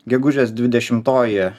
gegužės dvidešimtoji